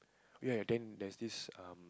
oh ya then there's this um